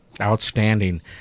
Outstanding